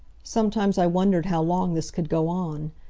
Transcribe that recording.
sometimes i wondered how long this could go on.